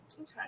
Okay